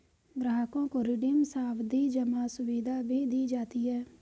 ग्राहकों को रिडीम सावधी जमा सुविधा भी दी जाती है